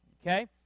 okay